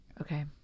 okay